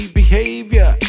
behavior